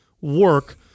work